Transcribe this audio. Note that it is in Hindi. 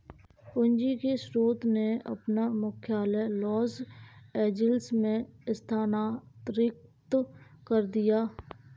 पूंजी के स्रोत ने अपना मुख्यालय लॉस एंजिल्स में स्थानांतरित कर दिया